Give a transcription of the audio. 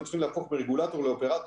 היינו צריכים להפוך מרגולטור לאופרטור,